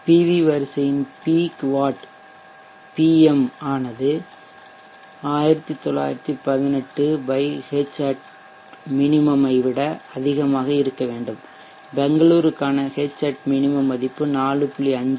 PV வரிசையின் peak watt PM ஆனது 1918 Hat minimum ஐ விட அதிகமாக இருக்க வேண்டும் பெங்களூருக்கான Hat minimum மதிப்பு 4